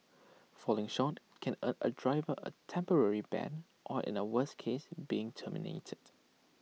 falling short can earn A driver A temporary ban or in A worse case being terminated